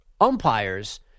umpires